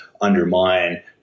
undermine